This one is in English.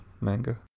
manga